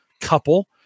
couple